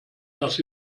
das